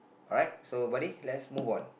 alright so buddy let's move on